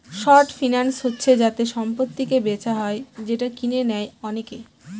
short finance হচ্ছে যাতে সম্পত্তিকে বেচা হয় যেটা কিনে নেয় অনেকে